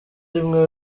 rimwe